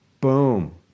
boom